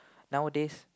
nowadays